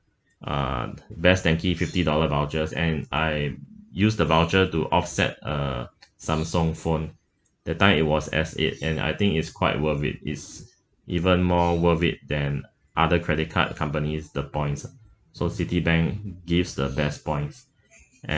uh best denki fifty dollar vouchers and I use the voucher to offset a samsung phone that time it was S eight and I think it's quite worth it it's even more worth it than other credit card companies the points so citibank gives the best points